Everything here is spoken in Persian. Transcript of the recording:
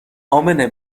امنه